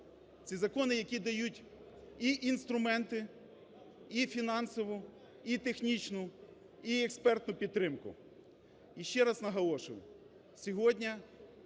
ці закони, які дають і інструменти, і фінансову, і технічну, і експертну підтримку. І ще раз наголошую: